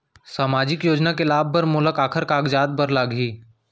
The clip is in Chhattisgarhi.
सामाजिक योजना के लाभ बर मोला काखर कागजात बर लागही?